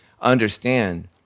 understand